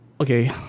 Okay